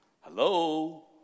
Hello